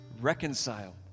reconciled